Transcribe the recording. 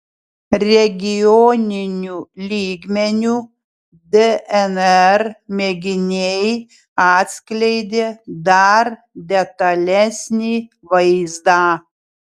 regioniniu lygmeniu dnr mėginiai atskleidė dar detalesnį vaizdą